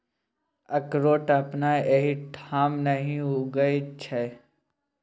अकरोठ अपना एहिठाम नहि उगय छै